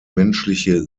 menschliche